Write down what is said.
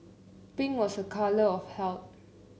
pink was a colour of health